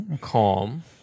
Calm